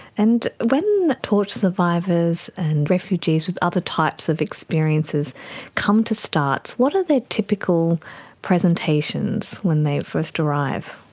and when torture survivors and refugees with other types of experiences come to startts, what are their typical presentations when they first arrive?